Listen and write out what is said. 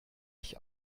ich